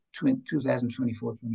2024